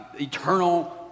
eternal